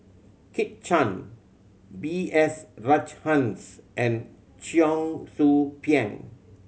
Kit Chan B S Rajhans and Cheong Soo Pieng